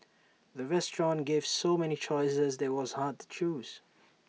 the restaurant gave so many choices that IT was hard to choose